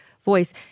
voice